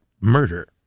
murder